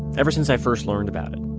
ever since i first learned about it.